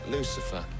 Lucifer